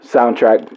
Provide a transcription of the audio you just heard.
Soundtrack